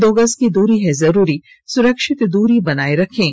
दो गज की दूरी है जरूरी सुरक्षित दूरी बनाए रखें